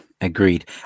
Agreed